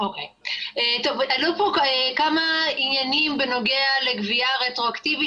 פה כמה עניינים בנוגע לגבייה רטרואקטיבית,